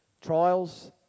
trials